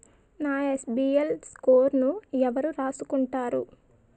నా సిబిల్ స్కోరును ఎవరు రాసుకుంటారు